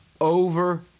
over